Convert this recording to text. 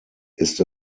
ist